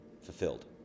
fulfilled